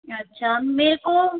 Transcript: अच्छा मेरे को